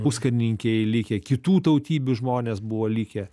puskarininkiai likę kitų tautybių žmonės buvo likę